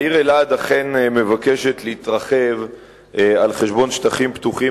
העיר אלעד אכן מבקשת להתרחב על חשבון שטחים פתוחים